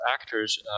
actors